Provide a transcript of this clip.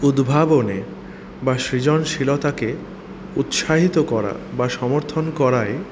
উদ্ভাবনে বা সৃজনশীলতাকে উৎসাহিত করা বা সমর্থন করায়